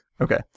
Okay